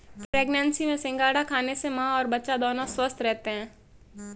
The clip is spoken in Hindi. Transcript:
प्रेग्नेंसी में सिंघाड़ा खाने से मां और बच्चा दोनों स्वस्थ रहते है